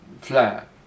flat